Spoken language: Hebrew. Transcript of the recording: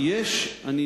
אחרי